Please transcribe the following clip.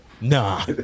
Nah